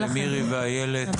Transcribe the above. למירי ולאיילת.